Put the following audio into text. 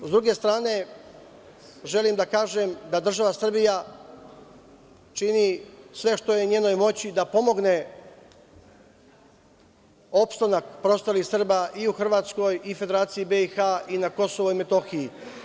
Sa druge strane, želim da kažem da država Srbija čini sve što je u njenoj moći da pomogne opstanak preostalih Srba i u Hrvatskoj i Federaciji BiH i na KiM.